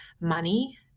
money